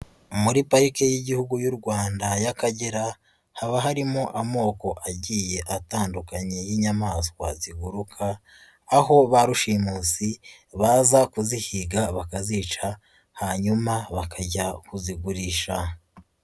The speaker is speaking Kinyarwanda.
Muri parike y'Igihugu y'u Rwanda y'Akagera haba harimo amoko agiye atandukanye y'inyamaswa ziburapfa aho ba rushimusi baza kuzihiga bakazica hanyuma bakajya kuzigurisha.